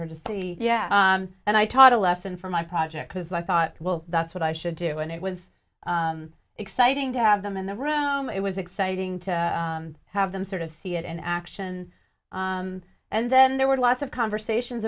her to see yeah and i taught a lesson for my project because i thought well that's what i should do and it was exciting to have them in the room it was exciting to have them sort of see it in action and then there were lots of conversations